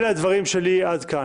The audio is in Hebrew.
אלה הדברים שלי עד כאן.